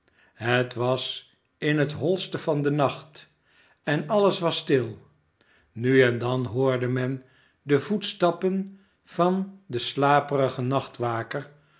het was in het holste van den nacht en alles was stil nu en dan hoorde men de voetstappen van den slaperigen